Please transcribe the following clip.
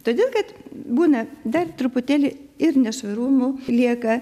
todėl kad būna dar truputėlį ir nešvarumų lieka